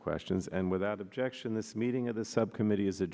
questions and without objection this meeting of the subcommittee is a